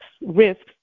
risks